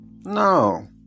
No